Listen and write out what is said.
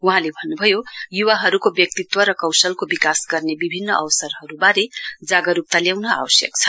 वहाँले भन्नुभयो युवाहरुको व्यक्तित्व र कौशलको विकास गर्ने विभिन्न अवसरहरुवारे जागरुकता ल्याउने आवश्यक छ